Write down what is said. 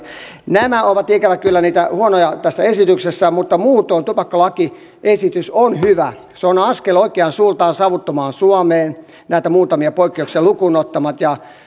nämä ovat ikävä kyllä niitä huonoja puolia tässä esityksessä mutta muutoin tupakkalakiesitys on hyvä se on askel oikeaan suuntaan savuttomaan suomeen näitä muutamia poikkeuksia lukuun ottamatta